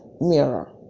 mirror